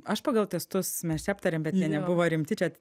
aš pagal testus mes čia aptarėm bet jie nebuvo rimti čia